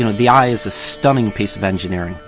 the eye is a stunning piece of engineering.